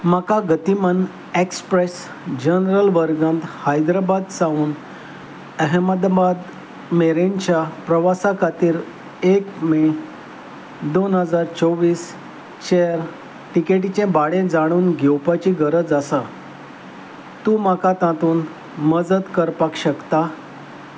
म्हाका Gatiman express general वर्गांत हैद्राबाद सावन अहमदाबाद मेरेनच्या प्रवासा खातीर एक मे दोन हजार चोवीसचेर तिकेटीचें भाडें जाणून घेवपाची गरज आसा तूं म्हाका तातूंत मजत करपाक शकता